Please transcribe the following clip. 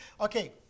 Okay